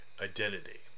identity